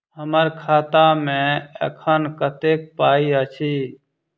हम्मर खाता मे एखन कतेक पाई अछि?